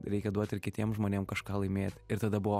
reikia duot ir kitiem žmonėm kažką laimėt ir tada buvo